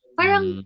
parang